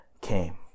came